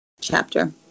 chapter